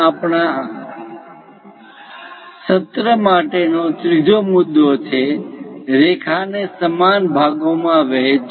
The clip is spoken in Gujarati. આપણા આજના સત્ર માટે નો ત્રીજો મુદ્દો છે રેખાને સમાન ભાગોમાં વહેંચવી